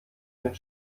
mit